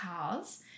cars